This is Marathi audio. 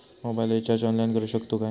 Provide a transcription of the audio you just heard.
मोबाईल रिचार्ज ऑनलाइन करुक शकतू काय?